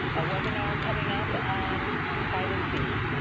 webinar coming up on privacy.